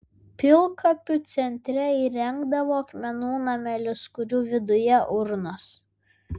pilkapių centre įrengdavo akmenų namelius kurių viduje urnos